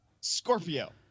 Scorpio